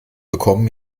bekommen